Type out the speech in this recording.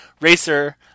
Racer